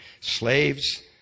Slaves